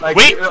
Wait